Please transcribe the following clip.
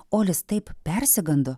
olis taip persigando